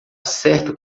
certo